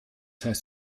heißt